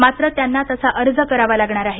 मात्र त्यांना तसा अर्ज करावा लागणार आहे